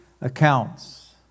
accounts